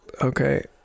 Okay